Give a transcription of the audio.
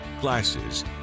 glasses